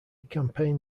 campaign